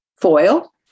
foil